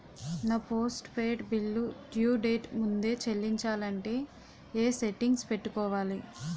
నా postpaid bill due date ముందే చెల్లించాలంటే ఎ సెట్టింగ్స్ పెట్టుకోవాలి?